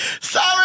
Sorry